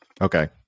Okay